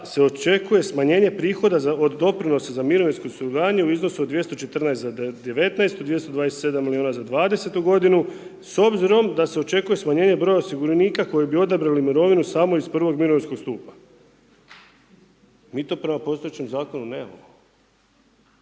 se očekuje smanjenje prihoda za od doprinosa za mirovinsko osiguranje u iznosu od 214. za 19-u, 227 milijuna za 20-tu godinu, s obzirom da se očekuje smanjenje broja osiguranika koji bi odabrali mirovinu samo iz prvog mirovinskog stupa. Mi to prema postojećem zakonu nemamo.